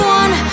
one